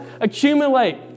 accumulate